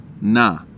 na